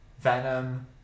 Venom